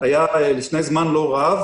היה לפני זמן לא רב,